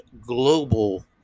global